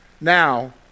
Now